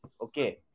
Okay